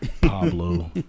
Pablo